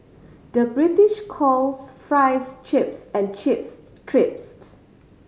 the British calls fries chips and chips crisps